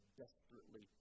desperately